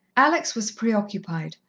alex was preoccupied,